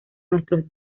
nuestros